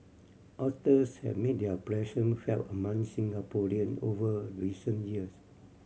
otters have made their presence felt among Singaporean over recent years